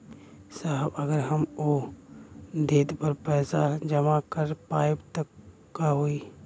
साहब अगर हम ओ देट पर पैसाना जमा कर पाइब त का होइ?